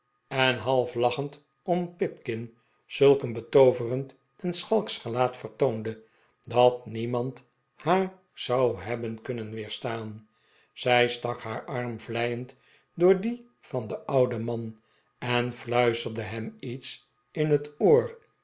en half lachend om pipkin zulk een betooverend en schalksch gelaat vertoonde dat niemand haar zou hebben kunnen weerstaan zij stak haar arm vleiend door dien van den ouden man eh fluisterde hem iets in het oor